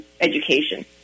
education